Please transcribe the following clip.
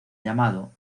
llamado